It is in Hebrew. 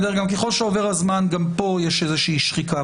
ככל שעובר הזמן גם פה יש איזושהי שחיקה,